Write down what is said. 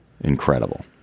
incredible